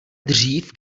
dřív